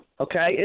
Okay